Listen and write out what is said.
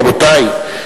רבותי,